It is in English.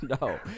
No